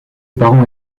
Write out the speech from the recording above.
parents